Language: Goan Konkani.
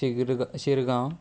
शिग्र शिरगांव